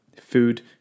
food